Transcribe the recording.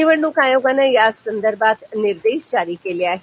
निवडणूक आयोगानं याबाबत निर्देश जारी केले आहेत